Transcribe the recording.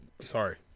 sorry